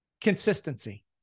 consistency